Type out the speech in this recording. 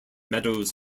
meadows